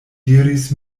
diris